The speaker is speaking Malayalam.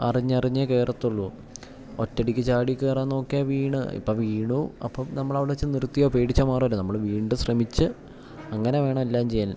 അറിഞ്ഞൂ അറിഞ്ഞേ കയറത്തുള്ളു ഒറ്റ അടിക്ക് ചാടി കയറാൻ നോക്കിയാൽ വീണു ഇപ്പം വീണു അപ്പം നമ്മൾ അവിടെ വച്ചു നിർത്തിയോ പേടിച്ചോ മാറില്ലല്ലോ നമ്മൾ വീണ്ടും ശ്രമിച്ചു അങ്ങനെ വേണം എല്ലാം ചെയ്യാൻ